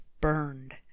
burned